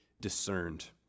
discerned